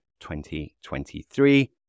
2023